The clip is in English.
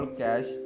cash